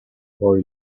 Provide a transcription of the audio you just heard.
for